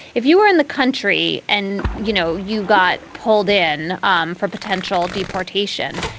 if you were in the country and you know you got pulled in um for potential deportation,